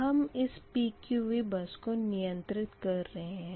हम इस PQV bus को नियंत्रित कर रहे हैं